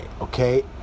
okay